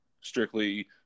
strictly